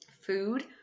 food